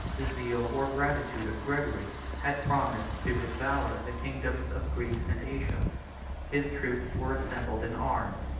the zeal or gratitude of gregory had promised to his valor the kingdoms of greece and asia his troops were assembled in arms,